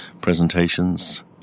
presentations